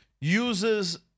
uses